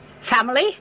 family